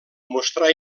mostrà